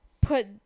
put